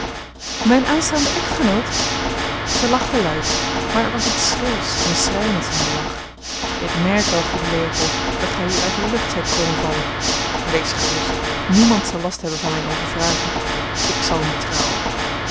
mijn aanstaande echtgenoot zij lachte luid maar er was iets schrils en schrijnends in dien lach ik merk wel goede leopold dat gij hier uit de lucht zijt komen vallen wees gerust niemand zal last hebben van mijn overvragen ik zal niet trouwen